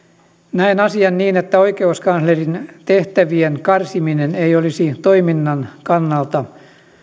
näen asian niin että oikeuskanslerin tehtävien karsiminen ei olisi toiminnan kannalta